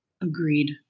Agreed